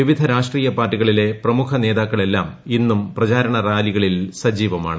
വിവിധ രാഷ്ട്രീയ പാർട്ടികളിലെ പ്രമുഖ നേതാക്കളെല്ലാം ഇന്നും പ്രചാരണറാലികളിൽ സജീവമാണ്